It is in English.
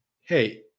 hey